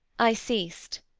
i ceased,